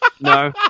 No